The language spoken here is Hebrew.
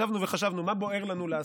ישבנו וחשבנו: מה בוער לנו לעשות?